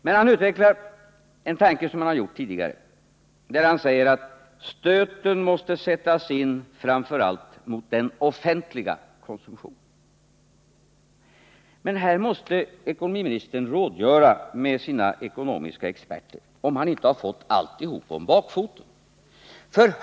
Men han utvecklade en tanke — vilket han har gjort tidigare — när han sade att stöten framför allt måste sättas in mot den offentliga konsumtionen. Här måste ekonomiministern rådgöra med sina ekonomiska experter för att klargöra om han inte har fått alltihop om bakfoten.